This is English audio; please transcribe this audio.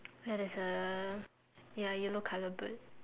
like there's a ya yellow color bird